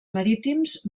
marítims